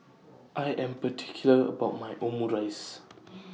I Am particular about My Omurice